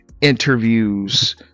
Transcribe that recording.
interviews